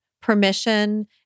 permission